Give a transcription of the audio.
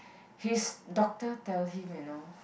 his doctor tell him you know